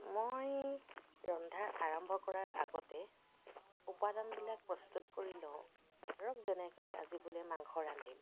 মই ৰন্ধা আৰম্ভ কৰাৰ আগতে উপাদানবিলাক প্ৰস্তুত কৰি লওঁ ধৰক যেনেকৈ আজি বোলে মাংস ৰান্ধিম